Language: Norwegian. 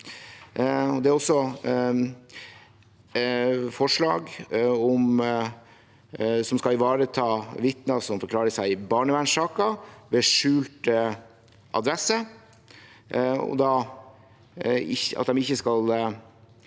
Det er også et forslag som skal ivareta at vitner som forklarer seg i barnevernssaker ved skjult adresse, ikke skal